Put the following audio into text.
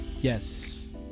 Yes